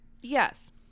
Yes